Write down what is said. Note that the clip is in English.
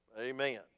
Amen